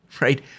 right